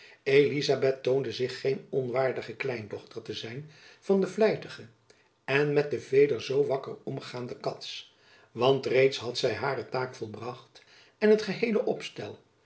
elizabeth toonde zich geen onwaardige kleindochter te zijn van den vlijtigen en jacob van lennep elizabeth musch met den veder zoo wakker omgaanden cats want reeds had zy hare taak volbracht en het geheele opstel